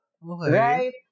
Right